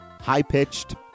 high-pitched